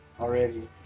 already